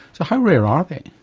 so how rare are they?